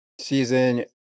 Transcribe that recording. season